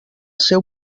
seu